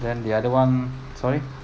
then the other [one] sorry